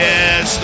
Yes